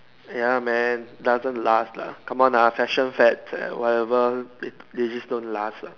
ya man doesn't last lah come on ah fashion fads and whatever th~ they just don't last lah